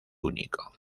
único